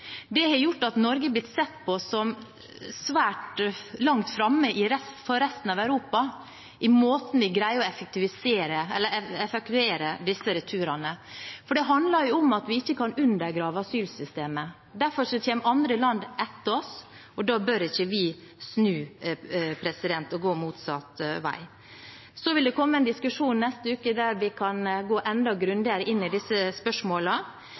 Det har gjort at Norge i resten av Europa har blitt sett på som svært langt framme i måten vi greier å effektuere disse returene, for det handler jo om at vi ikke kan undergrave asylsystemet. Derfor kommer andre land etter oss, og da bør ikke vi snu og gå motsatt vei. Det vil neste uke komme en diskusjon der vi kan gå enda grundigere inn i disse